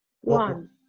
One